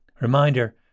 Reminder